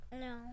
No